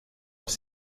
els